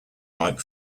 like